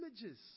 images